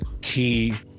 key